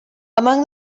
among